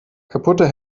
kaputte